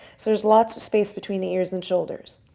so there's lots of space between the ears and shoulders.